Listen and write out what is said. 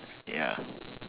ya